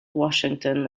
washington